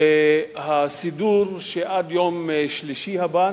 והסידור שעד יום שלישי הבא,